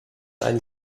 ein